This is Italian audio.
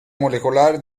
molecolare